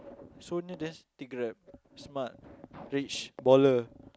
so near just take Grab smart rich baller